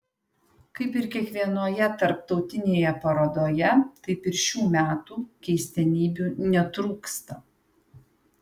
kaip ir kiekvienoje tarptautinėje parodoje taip ir šių metų keistenybių netrūksta